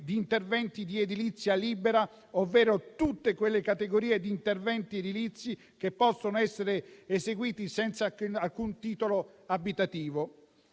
di interventi di edilizia libera, ovvero tutte quelle categorie di interventi edilizi che possono essere eseguiti senza alcun titolo abitativo: